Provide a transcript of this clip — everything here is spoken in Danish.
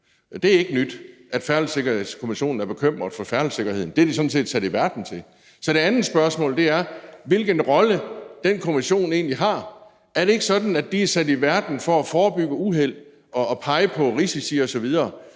Det er ikke nyt, at Færdselssikkerhedskommissionen er bekymret for færdselssikkerheden, for det er de sådan set sat i verden for at være. Så det andet spørgsmål er, hvilken rolle den kommission egentlig har. Er det ikke sådan, at de er sat i verden for at forebygge uheld og pege på risici osv.,